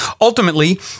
Ultimately